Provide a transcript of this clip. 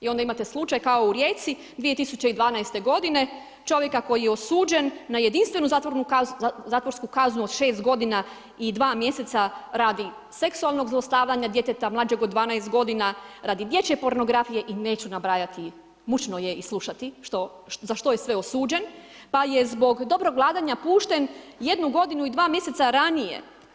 I onda imate slučaj kao u Rijeci, 2012. g. čovjeka koji je osuđen na jedinstvenu zatvorsku kaznu od 6 g. i 2 mj. radi seksualnog zlostavljanja djeteta mlađeg od 12 g. radi dječje pornografije i neću nabrajati mučno je slušati za što je sve osuđen, pa je zbog dobrog vladanja pušten 1 g. i 2 mj. ranije.